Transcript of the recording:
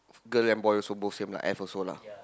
girl then boy also both same lah F also lah